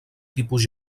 tipus